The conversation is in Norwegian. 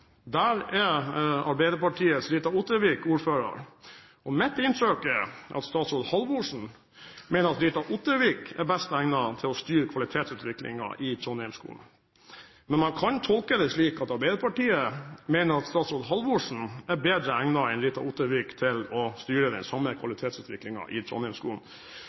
Der er Arbeiderpartiets Rita Ottervik ordfører. Mitt inntrykk er at statsråd Halvorsen mener at Rita Ottervik er best egnet til å styre kvalitetsutviklingen i trondheimsskolen. Men man kan tolke det slik at Arbeiderpartiet mener at statsråd Halvorsen er bedre egnet enn Rita Ottervik til å styre den samme kvalitetsutviklingen i